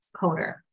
coder